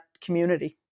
community